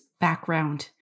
background